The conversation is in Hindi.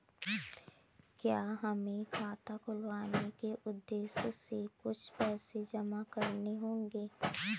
क्या हमें खाता खुलवाने के उद्देश्य से कुछ पैसे जमा करने होंगे?